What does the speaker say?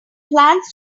plans